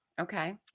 Okay